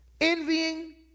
envying